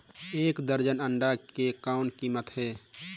एक दर्जन अंडा के कौन कीमत हे?